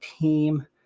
team